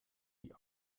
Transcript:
die